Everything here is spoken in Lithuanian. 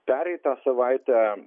pereitą savaitę